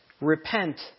Repent